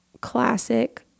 classic